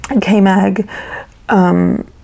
K-Mag